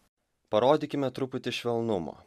parodykime truputį švelnumo